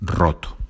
roto